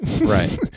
Right